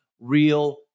real